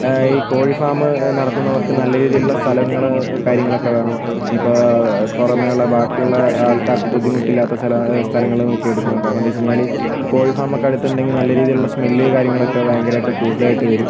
ഈ കോഴി ഫാം നടത്തുന്നവർക്ക് നല്ല രീതിയിൽ ഉള്ള സ്ഥലങ്ങൾ കാര്യങ്ങളൊക്കെ വേണം ഇപ്പോൾ പുറമേയുള്ള ബാക്കി ഉള്ള ആൾക്കാർക്ക് ബുദ്ധിമുട്ടില്ലാത്ത സ്ഥലം സ്ഥലങ്ങൾ നോക്കി എടുക്കണം കാരണമെന്തെന്ന് വെച്ച് കഴിഞ്ഞാൽ ഈ കോഴി ഫാം നമുക്ക് അടുത്തുണ്ടെങ്കിൽ നല്ല രീതിയിലുള്ള സ്മെല്ലും കാര്യങ്ങളും ഭയങ്കരമായിട്ട് കൂടുതലായിട്ട് വരും